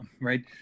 right